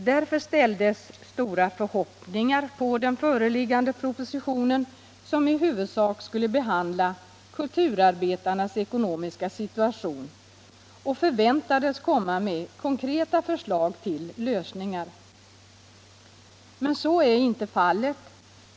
Därför ställdes det stora förhoppningar på den proposition som nu föreligger, vilken i huvudsak skulle behandla kulturarbetarnas ekonomiska situation och som förväntades presentera konkreta förslag till lösningar. Så har det emellertid inte blivit.